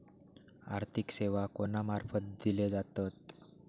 आर्थिक सेवा कोणा मार्फत दिले जातत?